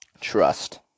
trust